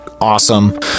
awesome